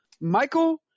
Michael